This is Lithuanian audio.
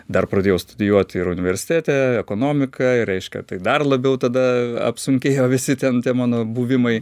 dar pradėjau studijuot universitete ekonomiką ir reiškia tai dar labiau tada apsunkėjo visi ten tie mano buvimai